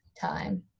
time